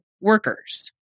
workers